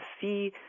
see